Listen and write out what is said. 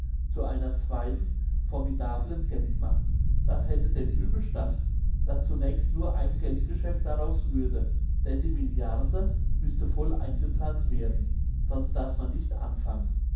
zu einer zweiten formidablen geldmacht das hätte den uebelstand dass zunächst nur ein geldgeschäft daraus würde denn die milliarde müsste voll eingezahlt werden sonst darf man nicht anfangen